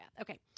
Okay